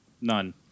None